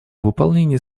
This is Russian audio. выполнении